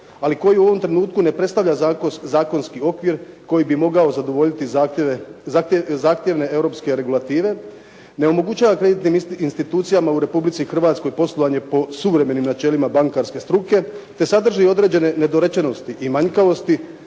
ali koji u ovom trenutku ne predstavlja zakonski okvir koji bi mogao zadovoljiti zahtjevne europske regulative, ne omogućava kreditnim institucijama u Republici Hrvatskoj poslovanje po suvremenim načelima bankarske struke, te sadrži određene nedorečenosti i manjkavosti